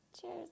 Cheers